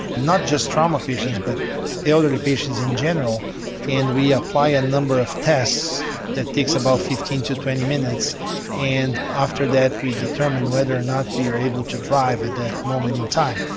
not just trauma patients but elderly patients in general and we apply a number of tests that take about fifteen to twenty minutes and after that we determine whether or not they are able to drive at that moment in time.